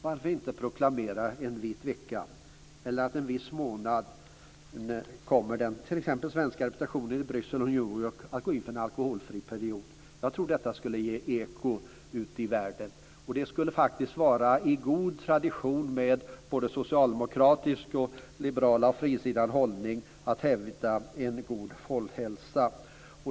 Varför inte proklamera en vit vecka eller att t.ex. den svenska representationen i Bryssel och New York kommer att gå in för en alkoholfri månad? Jag tror at detta skulle ge eko ute i världen. Det skulle också vara i överensstämmelse med både socialdemokratisk och liberalt frisinnad hållning att främja en god folkhälsa.